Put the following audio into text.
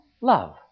love